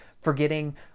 forgetting